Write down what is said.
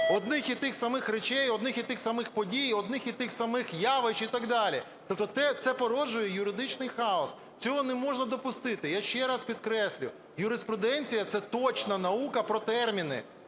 одних і тих самих речей, одних і тих самих подій, одних і тих самих явищ і так далі. Тобто це породжує юридичний хаос. Цього неможна допустити. Я ще раз підкреслюю: юриспруденція – це точна наука про терміни,